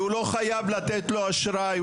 הוא לא חייב לתת לו אשראי,